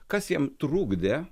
kas jiem trukdė